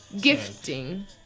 Gifting